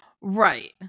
Right